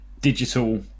digital